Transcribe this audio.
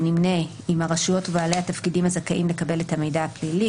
נמנה עם הרשויות ובעלי התפקידים הזכאים לקבל את המידע הפלילי,